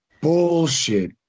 bullshit